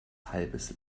halbes